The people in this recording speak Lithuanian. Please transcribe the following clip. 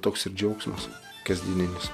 toks ir džiaugsmas kasdieninis